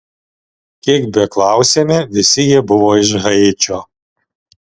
kiek beklausėme visi jie buvo iš haičio